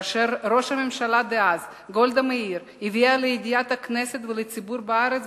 כאשר ראש הממשלה דאז גולדה מאיר הביאה לידיעת הכנסת והציבור בארץ